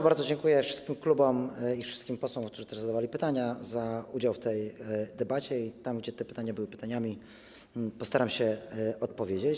Bardzo dziękuję wszystkim klubom i wszystkim posłom, którzy zadawali pytania, za udział w tej debacie, a tam, gdzie te pytania były pytaniami, postaram się odpowiedzieć.